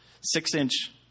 six-inch